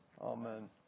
Amen